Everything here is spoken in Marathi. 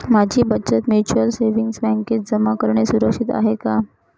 माझी बचत म्युच्युअल सेविंग्स बँकेत जमा करणे सुरक्षित आहे का